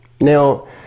now